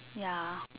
ya